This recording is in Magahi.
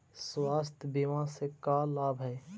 स्वास्थ्य बीमा से का लाभ है?